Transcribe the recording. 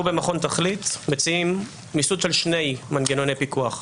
אנחנו במכון תכלית מציעים מיסוד של שני מנגנוני פיקוח: